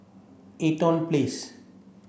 Eaton Place